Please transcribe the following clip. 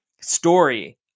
story